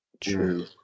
True